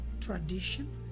tradition